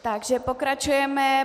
Takže pokračujeme.